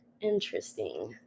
interesting